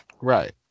right